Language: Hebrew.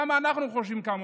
גם אנחנו חושבים כמוך.